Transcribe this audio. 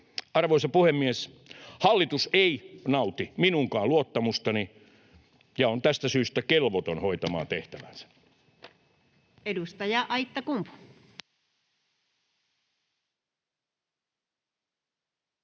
Arvoisa puhemies! Hallitus ei nauti minunkaan luottamustani ja on tästä syystä kelvoton hoitamaan tehtävänsä.